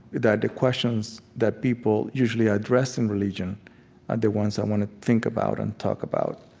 that the questions that people usually address in religion are the ones i want to think about and talk about,